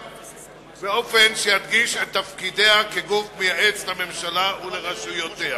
באופן שידגיש את תפקידיה כגוף מייעץ לממשלה ולרשויותיה.